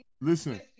Listen